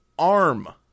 ARM